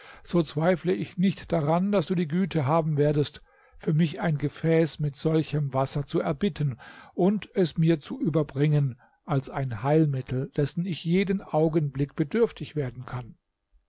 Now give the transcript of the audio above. so zweifle ich nicht daran daß du die güte haben werdest für mich ein gefäß mit solchem wasser zu erbitten und es mir zu überbringen als ein heilmittel dessen ich jeden augenblick bedürftig werden kann